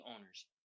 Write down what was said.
owners